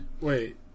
Wait